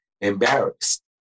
embarrassed